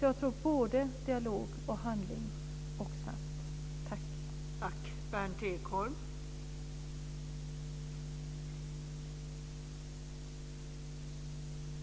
Jag tror alltså på både dialog och handling, och det måste ske snabbt.